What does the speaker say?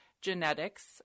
genetics